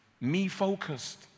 me-focused